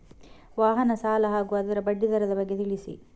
ವಾಹನ ಸಾಲ ಹಾಗೂ ಅದರ ಬಡ್ಡಿ ದರದ ಬಗ್ಗೆ ತಿಳಿಸಿ?